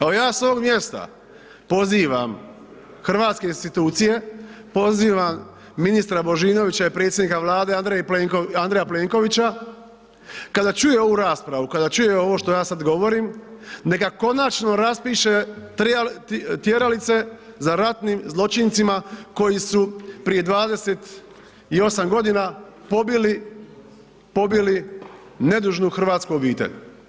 Evo ja s ovog mjesta pozivam hrvatske institucije, pozivam ministra Božinovića i predsjednika Vlade Andreja Plenkovića kada čuje ovu raspravu, kada čuje ovo što ja sada govorim neka konačno raspiše tjeralice za ratnim zločincima koji su prije 28 godina pobili, pobili nedužnu hrvatsku obitelj.